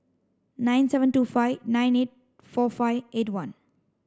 nine seven two five nine eight four five eight one